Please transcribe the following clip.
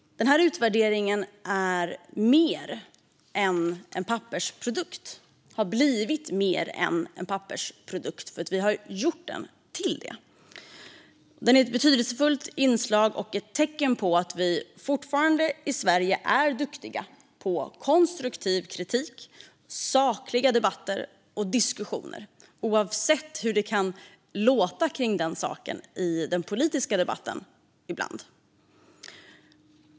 Denna utvärdering har blivit mer än en pappersprodukt eftersom vi har gjort den till det. Den är ett betydelsefullt inslag och ett tecken på att vi i Sverige fortfarande är duktiga på konstruktiv kritik och sakliga debatter och diskussioner, oavsett hur det ibland kan låta om det i den politiska debatten.